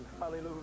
hallelujah